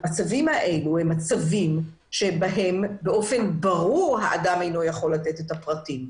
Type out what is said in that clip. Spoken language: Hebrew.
המצבים האלו הם מצבים שבהם באופן ברור האדם אינו יכול לתת את הפרטים.